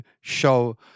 show